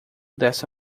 dessa